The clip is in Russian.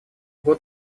год